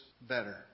better